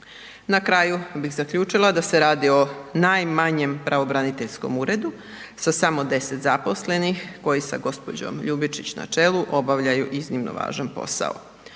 Na kraju bih zaključila da se radi o najmanjem pravobraniteljskom uredu sa samo 10 zaposlenih koji sa gospođom Ljubičić na čelu obavljaju iznimno važan posao.